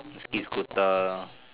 E scooter